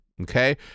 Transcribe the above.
Okay